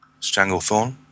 Stranglethorn